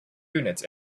units